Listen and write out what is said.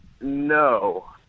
No